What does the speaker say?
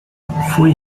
foi